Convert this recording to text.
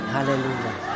Hallelujah